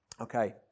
Okay